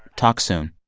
talk soon